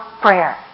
prayer